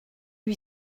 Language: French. lui